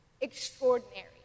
extraordinary